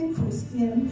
Christian